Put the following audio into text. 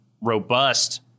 robust